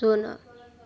ଶୂନ